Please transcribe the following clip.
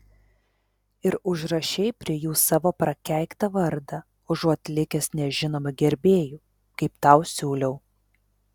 ir užrašei prie jų savo prakeiktą vardą užuot likęs nežinomu gerbėju kaip tau siūliau